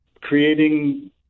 creating